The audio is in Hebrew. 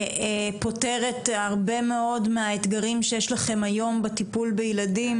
פותרת הרבה מאוד מהאתגרים שיש לכם היום בטיפול בילדים,